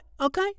Okay